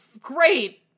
great